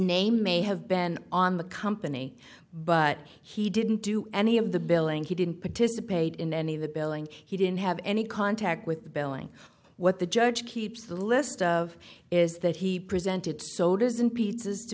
name may have been on the company but he didn't do any of the billing he didn't participate in any of the billing he didn't have any contact with the billing what the judge keeps a list of is that he presented soldiers in pizzas to